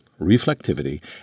reflectivity